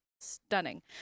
stunning